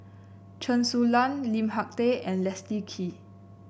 Chen Su Lan Lim Hak Tai and Leslie Kee